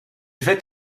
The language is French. fait